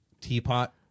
teapot